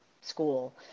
school